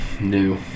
new